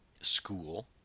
school